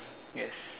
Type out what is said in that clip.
yes